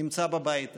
נמצא בבית הזה.